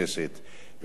בשם ועדת החוקה,